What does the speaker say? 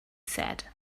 said